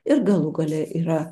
ir galų gale yra